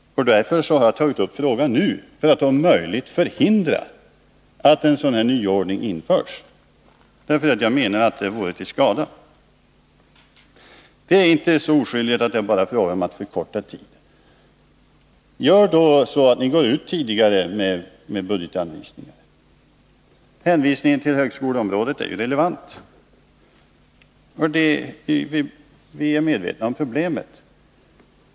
Därför har jag tagit upp frågan nu för att om möjligt förhindra att en sådan nyordning införs, eftersom jag menar att den vore till skada. Det är inte fråga om något så oskyldigt som att bara förkorta tiden för anslagsframställningar. Gå i så fall ut tidigare med budgetanvisningarna! Hänvisningen till högskoleområdet är relevant. Vi är medvetna om problemet.